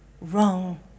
wrong